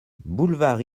boulevard